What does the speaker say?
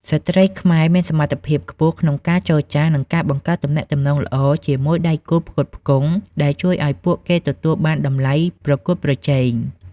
ស្ត្រីខ្មែរមានសមត្ថភាពខ្ពស់ក្នុងការចរចា និងការបង្កើតទំនាក់ទំនងល្អជាមួយដៃគូផ្គត់ផ្គង់ ដែលជួយឱ្យពួកគេទទួលបានតម្លៃប្រកួតប្រជែង។